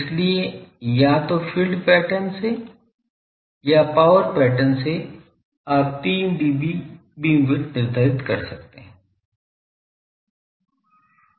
इसलिए या तो फील्ड पैटर्न से या पावर पैटर्न से आप 3 dB बीम विड्थ निर्धारित कर सकते हैं